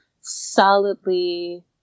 solidly